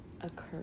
occur